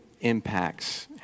impacts